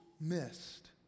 missed